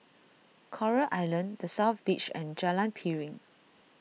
Coral Island the South Beach and Jalan Piring